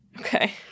Okay